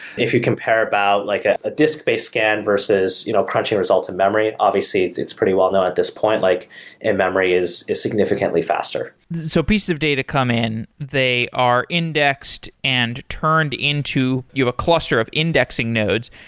if you compare about like ah a disk-based scan versus you know crunching results in memory, obviously it's it's pretty well-known at this point, like a memory is is significantly faster so pieces of data come in, they are indexed and turned into you have a cluster of indexing nodes,